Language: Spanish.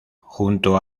junto